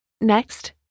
Next